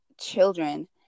children